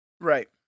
Right